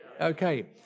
Okay